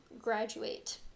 graduate